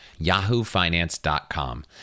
yahoofinance.com